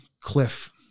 cliff